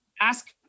Ask